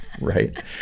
right